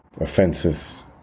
offenses